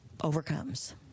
overcomes